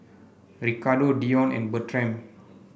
Ricardo Dion and Bertram